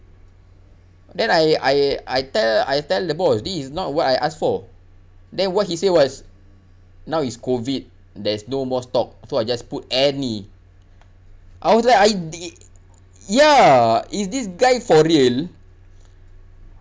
then I I I tell I tell the boss this is not what I asked for then what he say was now is COVID there's no more stock so I just put any I was like I thi~ ya is this guy for real